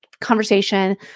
conversation